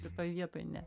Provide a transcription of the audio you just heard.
šitoj vietoj ne